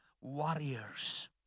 warriors